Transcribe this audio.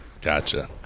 Gotcha